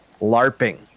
larping